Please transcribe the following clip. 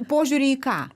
požiūrį į ką